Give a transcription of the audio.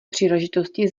příležitosti